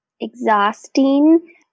exhausting